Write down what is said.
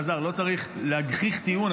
אלעזר, לא צריך להגחיך טיעון.